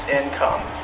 income